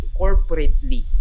corporately